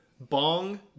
Bong